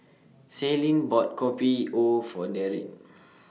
Ceylon bought Kopi O For Darryn